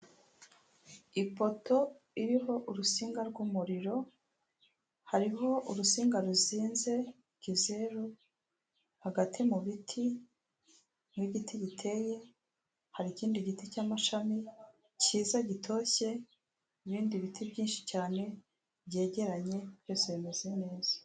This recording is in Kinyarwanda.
Ipoto iriho urutsinga rw'umuriro, hariho urusinga ruzinze ikizeru, hagati mu biti, n'igiti giteye, hari ikindi giti cy'amashami cyiza gitoshye, n'ibindi biti byinshi cyane byegeranye byose bimeze neza.